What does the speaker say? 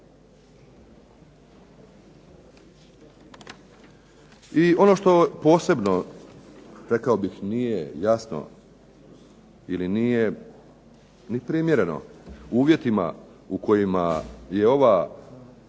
I ono što posebno, rekao bih, nije jasno ili nije ni primjereno uvjetima u kojima je ova